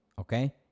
okay